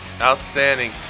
Outstanding